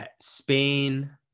Spain